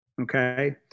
Okay